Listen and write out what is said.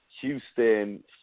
Houston